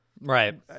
Right